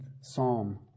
Psalm